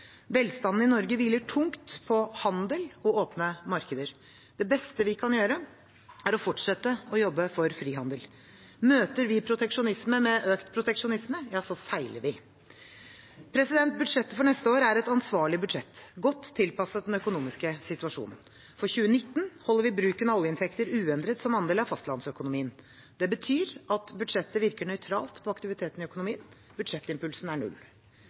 Velstanden i Norge hviler tungt på handel og åpne markeder. Det beste vi kan gjøre, er å fortsette å jobbe for frihandel. Møter vi proteksjonisme med økt proteksjonisme, feiler vi. Budsjettet for neste år er et ansvarlig budsjett, godt tilpasset den økonomiske situasjonen. For 2019 holder vi bruken av oljeinntekter uendret som andel av fastlandsøkonomien. Det betyr at budsjettet virker nøytralt på aktiviteten i økonomien – budsjettimpulsen er null.